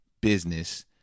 business